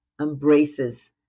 embraces